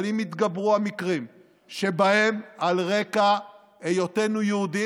אבל אם יתגברו המקרים שבהם על רקע היותנו יהודים,